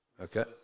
okay